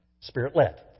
Spirit-led